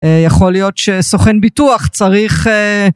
יכול להיות שסוכן ביטוח צריך